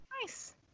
Nice